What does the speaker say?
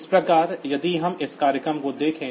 इस प्रकार यदि हम इस प्रोग्राम को देखें